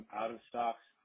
out-of-stocks